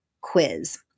quiz